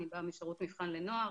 אני באה משירות מבחן לנוער